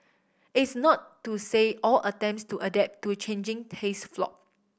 it's not to say all attempts to adapt to changing tastes flopped